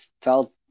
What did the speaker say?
felt